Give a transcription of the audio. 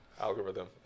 Algorithm